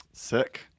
Sick